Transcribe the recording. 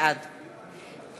בעד